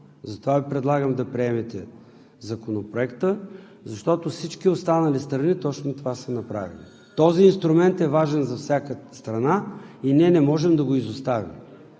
Затова Ви предлагам да приемете Законопроекта, защото всички останали страни точно това са направили. Този инструмент е важен за всяка страна и ние не можем да го изоставим